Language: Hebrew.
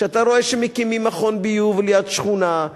כשאתה רואה שמקימים מכון ביוב ליד שכונה,